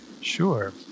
Sure